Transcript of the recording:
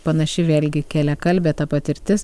panaši vėlgi keliakalbė ta patirtis